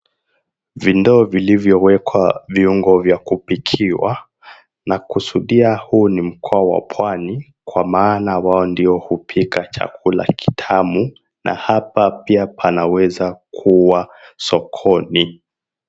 Vindoo vilivyowekwa viungo vya kupikiwa na kusudia huu ni mkoa wa pwani kwa maana hao ndio hupika chakula cha kitamu na hapa pia panaweza kuwa sokoni.